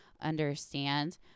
understand